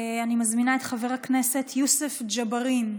אני מזמינה את חבר הכנסת יוסף ג'בארין,